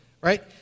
right